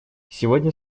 сегодня